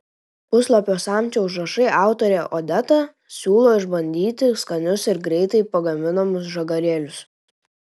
puslapio samčio užrašai autorė odeta siūlo išbandyti skanius ir greitai pagaminamus žagarėlius